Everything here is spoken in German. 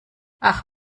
ach